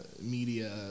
media